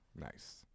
Nice